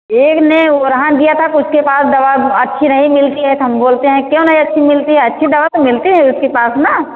एक ने ओरहन दिया था उसके बाद दवा अच्छी नहीं मिलती ही तो हम बोलते हैं क्यों नहीं अच्छी मिलती है अच्छी दवा तो मिलती है उसके पास ना